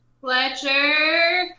Fletcher